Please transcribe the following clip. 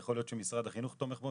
יכול להיות שמשרד החינוך תומך בו,